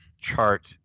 chart